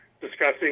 discussing